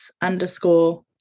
underscore